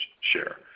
share